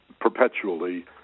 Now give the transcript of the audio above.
perpetually